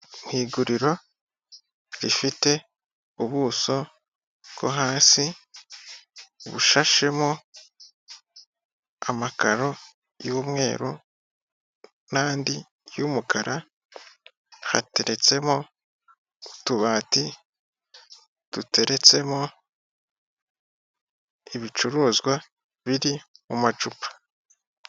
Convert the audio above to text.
Ni iguriro rifite ubuso bwo hasi bushashemo amakaro y'umweru nandi y'umukara hateretsemo utubati duteretsemo ibicuruzwa biri mu macupa.